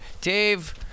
Dave